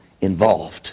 involved